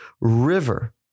river